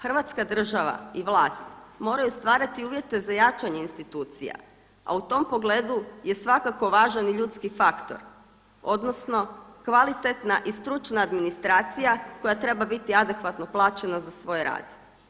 Hrvatska država i vlast moraju stvarati uvjete za jačanje institucija a u tom pogledu je svakako važan i ljudski faktor odnosno kvalitetna i stručna administracija koja treba biti adekvatno plaćena za svoj rad.